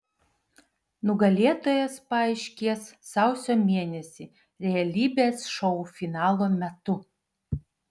nugalėtojas paaiškės sausio mėnesį realybės šou finalo metu